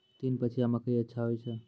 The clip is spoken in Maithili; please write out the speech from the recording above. तीन पछिया मकई अच्छा होय छै?